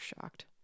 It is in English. shocked